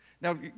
Now